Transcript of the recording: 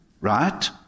right